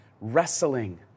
wrestling